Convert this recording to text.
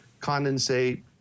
condensate